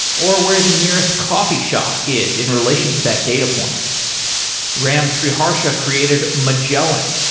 or where the nearest coffee shop is in relation to that data point ram sriharsha created magellan,